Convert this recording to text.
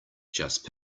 just